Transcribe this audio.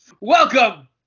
Welcome